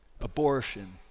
abortion